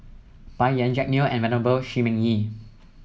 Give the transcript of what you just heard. Bai Yan Jack Neo and Venerable Shi Ming Yi